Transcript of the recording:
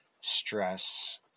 stress